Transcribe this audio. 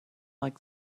like